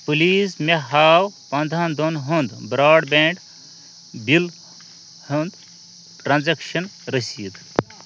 please مےٚ ہاو پنٛدہن دۄہن ہُنٛد برٛاڈ بینٛڈ بِل ہُنٛد ٹرانزیکشن رٔسیٖد